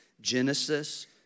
Genesis